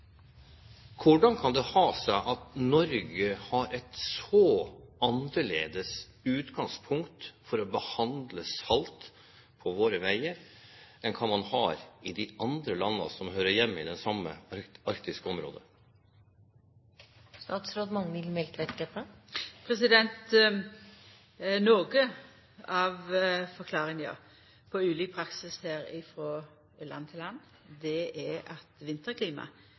Hvordan kan det ha seg at Norge har et så annerledes utgangspunkt for å behandle salt på sine veier enn hva man har i de andre landene som hører hjemme i det samme arktiske området? Noko av forklaringa på ulik praksis frå land til land her er at vinterklimaet er forskjellig. Finland, f.eks., har eit meir stabilt vinterklima enn det